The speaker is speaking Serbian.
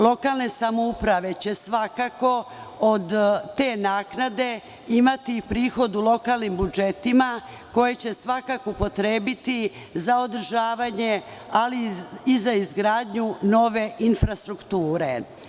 Lokalne samouprave će svakako od te naknade imati prihod u lokalnim budžetima koji će svakako upotrebiti za održavanje, ali i za izgradnju nove infrastrukture.